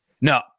No